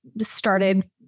started